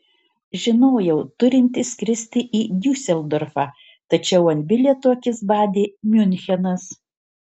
žinojau turinti skristi į diuseldorfą tačiau ant bilieto akis badė miunchenas